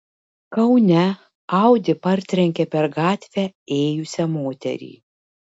kaune audi partrenkė per gatvę ėjusią moterį